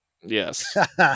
Yes